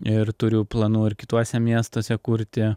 ir turiu planų ir kituose miestuose kurti